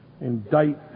indict